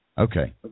Okay